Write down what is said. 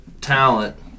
talent